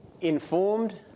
informed